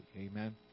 Amen